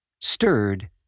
stirred